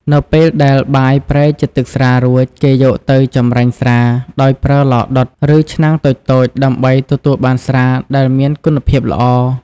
នៅពេលដែលបាយប្រែជាទឹកស្រារួច គេយកទៅ ចម្រាញ់ស្រា ដោយប្រើឡដុត ឬឆ្នាំងតូចៗដើម្បីទទួលបានស្រាដែលមានគុណភាពល្អ។